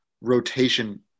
rotation